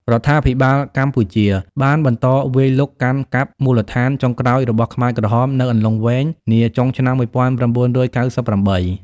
រដ្ឋាភិបាលកម្ពុជាបានបន្តវាយលុកកាន់កាប់មូលដ្ឋានចុងក្រោយរបស់ខ្មែរក្រហមនៅអន្លង់វែងនាចុងឆ្នាំ១៩៩៨។